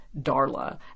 Darla